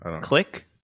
Click